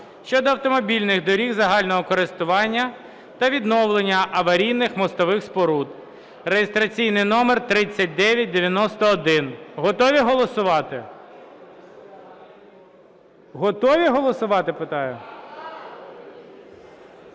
(щодо автомобільних доріг загального користування та відновлення аварійних мостових споруд) (реєстраційний номер 3991). Готові голосувати? Готові голосувати, питаю?